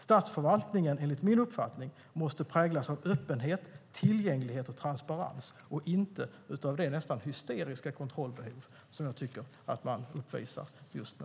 Statsförvaltningen måste, enligt min uppfattning, präglas av öppenhet, tillgänglighet och transparens och inte av det nästan hysteriska kontrollbehov som jag tycker att man uppvisar just nu.